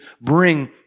bring